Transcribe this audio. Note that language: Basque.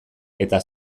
eta